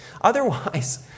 Otherwise